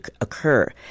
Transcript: occur